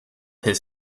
his